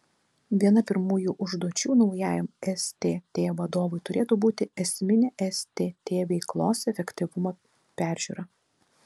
viena pirmųjų užduočių naujajam stt vadovui turėtų būti esminė stt veiklos efektyvumo peržiūra